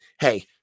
Hey